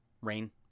rain